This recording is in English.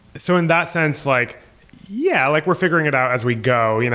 so in that sense, like yeah, like we're figuring it out as we go, you know